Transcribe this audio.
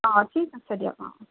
অঁ ঠিক আছে দিয়ক অঁ